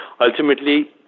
ultimately